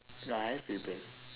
I have rebel